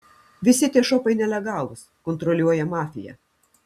visi tie šopai nelegalūs kontroliuoja mafija